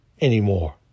anymore